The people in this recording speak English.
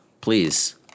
please